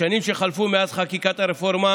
בשנים שחלפו מאז חקיקת הרפורמה